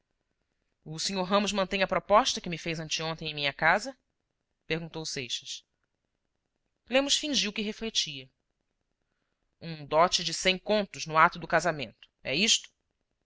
o sr ramos mantém a proposta que me fez anteontem em minha casa perguntou seixas lemos fingiu que refletia um dote de cem contos no ato do casamento é isto